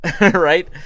right